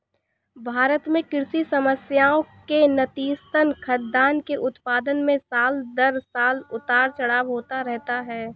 भारत में कृषि समस्याएं से नतीजतन, खाद्यान्न के उत्पादन में साल दर साल उतार चढ़ाव होता रहता है